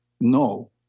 no